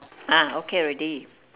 ah okay already